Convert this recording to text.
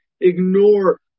ignore